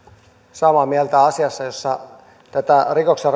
samaa mieltä asiassa jossa tätä rikoksen